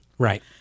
Right